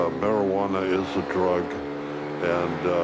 ah marijuana is drug and